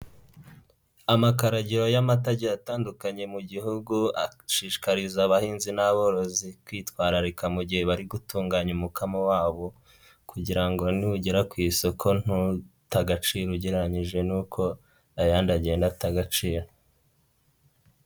Amakaragiro y'amatage agiye atandukanye mu gihugu ashishikariza abahinzi n'aborozi kwitwararika mu gihe bari gutunganya umukamo wabo, kugira ngo nugera ku isoko ntute agaciro ugereranranije n'uko ayandi agenda ata agaciro.